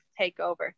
TakeOver